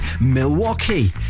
Milwaukee